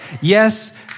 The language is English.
Yes